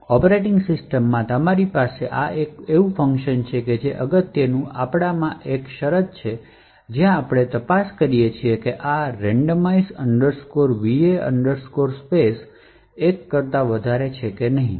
operating સિસ્ટમમાં તમારી પાસે આ જેવું ફંકશન હશે અને અગત્યનું અમારા માટે એક શરત છે જ્યાં આપણે તપાસ કરીએ કે આ randomize va space એક કરતા વધારે છે કે નહીં